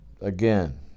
Again